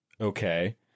okay